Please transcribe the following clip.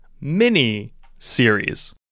mini-series